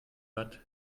bad